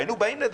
היינו באים לדבר.